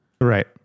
Right